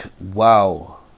Wow